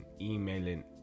emailing